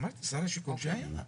שר השיכון שהיה.